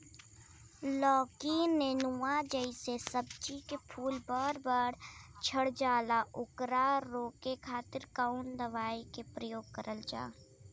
लौकी नेनुआ जैसे सब्जी के फूल बार बार झड़जाला ओकरा रोके खातीर कवन दवाई के प्रयोग करल जा?